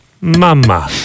Mama